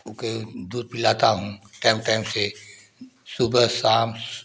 okay दूध पिलाता हूँ टाइम टाइम से सुबह शाम